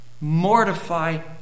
Mortify